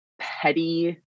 petty